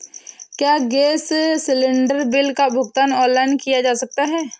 क्या gas cylinder bill का भुगतान ऑनलाइन किया जा सकता है?